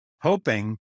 hoping